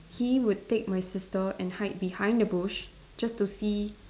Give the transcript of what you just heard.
he would take my sister and hide behind the bush just to see